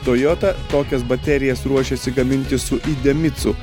toyota tokias baterijas ruošiasi gaminti su idemitsu